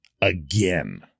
again